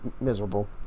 miserable